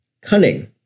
cunning